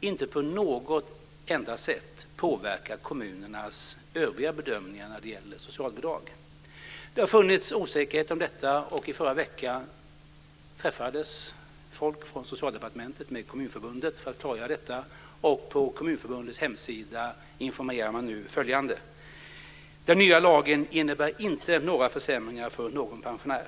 inte på något enda sätt påverkar kommunernas övriga bedömningar av socialbidrag. Det har funnits osäkerhet om detta, och i förra veckan träffades folk från Socialdepartementet och Kommunförbundet för att klargöra frågan. På Kommunförbundets hemsida informerar man nu följande: Den nya lagen innebär inte några försämringar för någon pensionär.